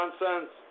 nonsense